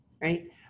right